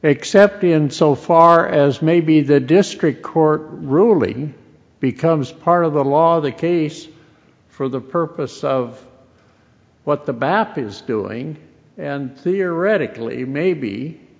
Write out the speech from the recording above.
except in so far as maybe the district court ruling becomes part of the law of the case for the purpose of what the bapi is doing and theoretically maybe